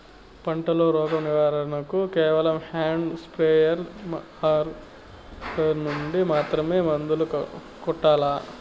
పంట లో, రోగం నివారణ కు కేవలం హ్యాండ్ స్ప్రేయార్ యార్ నుండి మాత్రమే మందులు కొట్టల్లా?